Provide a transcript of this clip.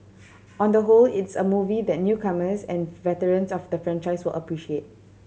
on the whole it's a movie that newcomers and veterans of the franchise will appreciate